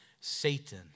Satan